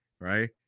right